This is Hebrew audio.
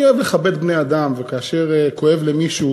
אני אוהב לכבד בני-אדם, וכאשר כואב למישהו